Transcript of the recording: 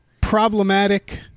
problematic